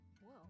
whoa